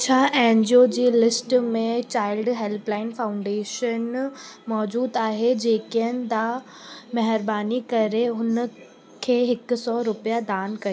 छा N G O जी list में चाइल्ड हेल्पलाइन फाउंडेशन मौजूदु आहे जेकियंदा महिरबानी करे उनखे हिकु सौ रुपिया दानु करियो